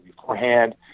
beforehand